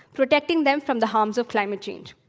protecting them from the harms of climate change.